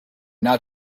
not